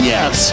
Yes